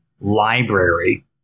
library